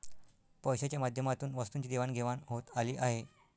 पैशाच्या माध्यमातून वस्तूंची देवाणघेवाण होत आली आहे